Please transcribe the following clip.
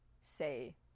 say